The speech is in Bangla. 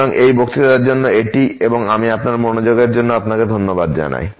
সুতরাং এই বক্তৃতার জন্য এটিই এবং আমি আপনার মনোযোগের জন্য আপনাকে ধন্যবাদ জানাই